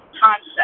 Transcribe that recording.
concept